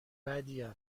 بدیم